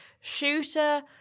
shooter